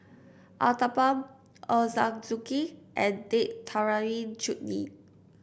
Uthapam Ochazuke and Date Tamarind Chutney